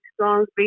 songs